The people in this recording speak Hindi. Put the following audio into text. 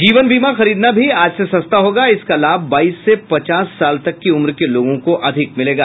जीवन बीमा खरीदना भी आज से सस्ता होगा इसका लाभ बाईस से पचास साल तक की उम्र के लोगों को अधिक मिलेगा